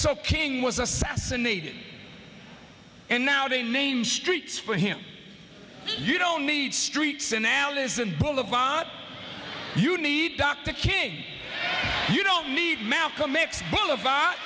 so king was assassinated and now they name streets for him you don't need streets in alice in boulevard you need dr king you don't need malcolm x bo